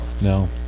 No